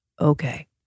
Okay